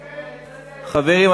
חברים,